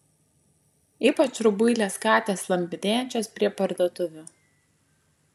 ypač rubuilės katės slampinėjančios prie parduotuvių